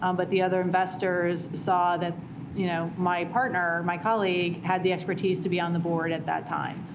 um but the other investors saw that you know my partner, my colleague, had the expertise to be on the board at that time.